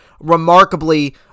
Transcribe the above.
remarkably